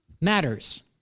matters